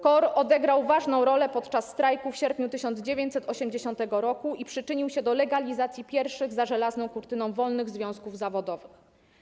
KOR odegrał ważną rolę podczas strajku w sierpniu 1980 r. i przyczynił się do legalizacji pierwszych za żelazną kurtyną wolnych związków zawodowych.